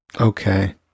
Okay